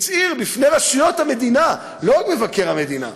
הצהיר בפני רשויות המדינה, לא מבקר המדינה,